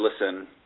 listen